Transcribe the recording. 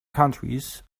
countries